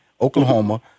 Oklahoma